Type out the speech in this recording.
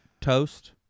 toast